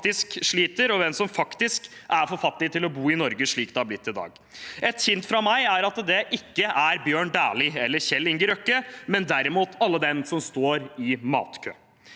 sliter, og hvem som faktisk er for fattige til å bo i Norge slik det har blitt i dag. Et hint fra meg er det ikke er Bjørn Dæhlie eller Kjell Inge Røkke, men derimot alle dem som står i matkø.